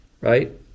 right